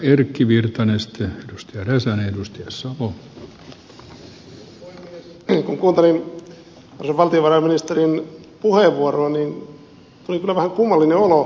kun kuuntelin arvoisan valtiovarainministerin puheenvuoroa niin tuli kyllä vähän kummallinen olo